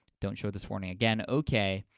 don't show this warning again, ok.